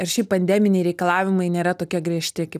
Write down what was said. ir šiaip pandeminiai reikalavimai nėra tokie griežti kaip